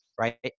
right